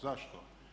Zašto?